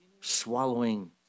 swallowing